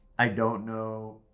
i don't know.